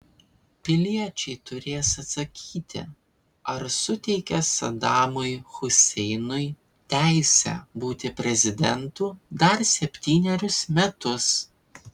piliečiai turės atsakyti ar suteikia sadamui huseinui teisę būti prezidentu dar septynerius metus